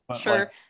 Sure